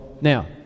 Now